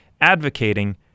advocating